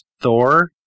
Thor